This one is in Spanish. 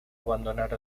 abandonar